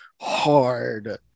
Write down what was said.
hard